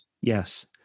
Yes